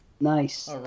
Nice